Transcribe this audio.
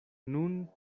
nun